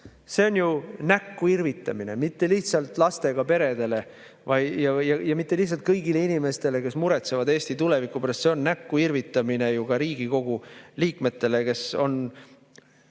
See on ju näkku irvitamine, mitte lihtsalt lastega peredele ja mitte lihtsalt kõigile inimestele, kes muretsevad Eesti tuleviku pärast. See on näkku irvitamine ju ka Riigikogu liikmetele, kes on